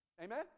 Amen